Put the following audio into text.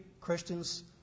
Christians